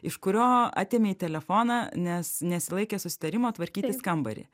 iš kurio atėmei telefoną nes nesilaikė susitarimo tvarkytis kambarį